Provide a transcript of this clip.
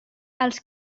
els